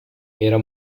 era